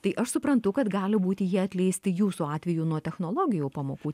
tai aš suprantu kad gali būti jie atleisti jūsų atveju nuo technologijų pamokų